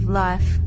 life